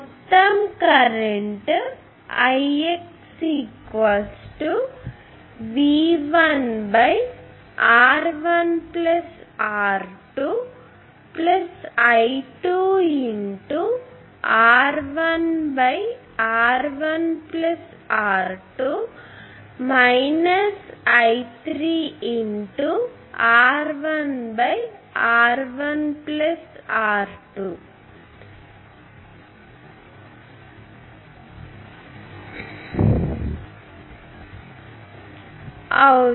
మొత్తం current Ix V1 R1 R 2 I2 R1 R1 R2 I3 R1 R 1 R2